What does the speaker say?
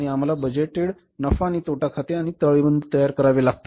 आम्हाला बजेट नफा आणि तोटा खाते आणि ताळेबंद तयार करावे लागतील